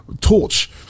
torch